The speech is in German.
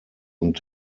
und